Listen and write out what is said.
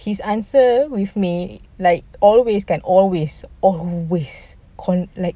his answer with me like always kan always always like